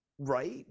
Right